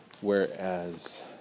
whereas